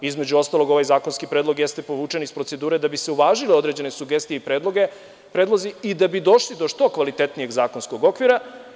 Između ostalog, ovaj zakonski predlog jeste povučen iz procedure da bi se uvažile određene sugestije i predlozi i da bi došli do što kvalitetnijeg zakonskog okvira.